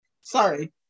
Sorry